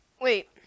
Wait